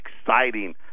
exciting